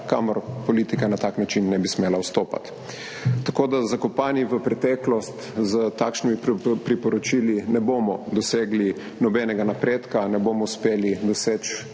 kamor politika na tak način ne bi smela vstopati. Zakopani v preteklost s takšnimi priporočili ne bomo dosegli nobenega napredka, ne bomo uspeli doseči